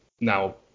now